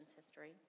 history